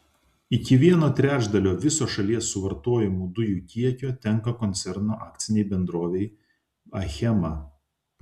iki vieno trečdalio viso šalies suvartojamų dujų kiekio tenka koncerno akcinei bendrovei achema